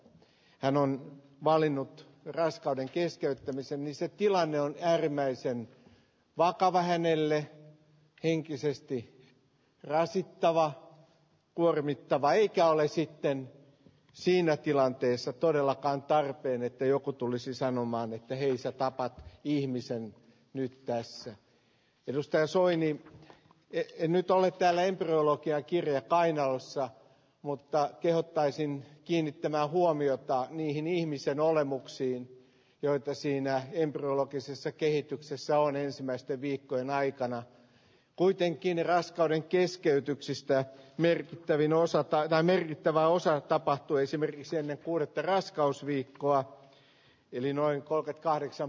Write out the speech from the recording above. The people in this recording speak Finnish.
hän on valinnut raskauden keskeyttämisensä tilanne on äärimmäisen vakava hänelle henkisesti rasittavaa luoda mittava eikä ole sitten siinä tilanteessa todellakaan tarpeen että joku tulisi sanomaan ettei sotaa pa tiimissä nyt pääsyn edustaja soinnin tein nyt olet jälleen ruokia kirja kainalossa mutta kehottaisin kiinnittämään huomiota niihin ihmisen olemuksiin joita siinä endurologisessa kehityksessä oli ensimmäisten viikkojen aikana kuitenkin raskauden keskeytyksistä merkittävin osa taigan merkittävä osa tapahtuu esimerkiksi ennen kuudetta raskausviikolla eli noin kolme kahdeksan